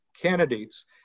candidates